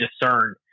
discern